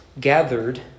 gathered